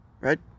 right